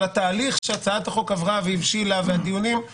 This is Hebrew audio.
אבל התהליך של הצעת החוק כלל דיונים עמוקים,